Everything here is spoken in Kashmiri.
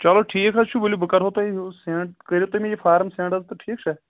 چَلو ٹھیٖک حظ چھُ ؤلِو بہٕ کَرٕ ہو تۄہہ یہِ سیٚنٛڈ کٔرِو تُہۍ مےٚ یہِ فارم سیٚنٛڈ حظ تہٕ ٹھیٖک چھے